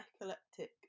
eclectic